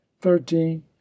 thirteen